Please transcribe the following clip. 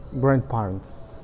grandparents